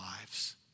lives